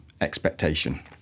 expectation